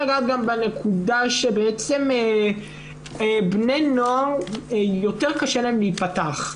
ולומר שבעצם לבני הנוער יותר קשה להיפתח.